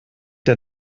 der